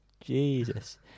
Jesus